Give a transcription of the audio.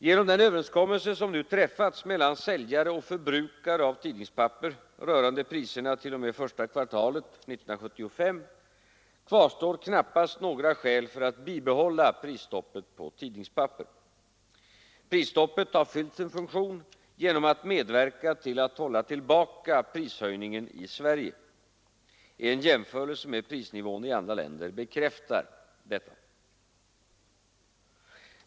Genom den överenskommelse som nu träffats mellan säljare och förbrukare av tidningspapper rörande priserna t.o.m. första kvartalet 1975 kvarstår knappast några skäl för att bibehålla prisstoppet på tidningspapper. Prisstoppet har fyllt sin funktion genom att medverka till att hålla tillbaka prishöjningen i Sverige. En jämförelse med prisnivån i andra länder bekräftar detta.